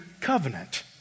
covenant